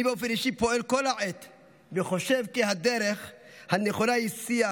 אני באופן אישי פועל כל העת וחושב כי הדרך הנכונה היא שיח,